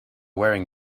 wearing